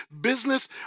business